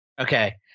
Okay